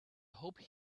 hope